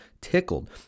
tickled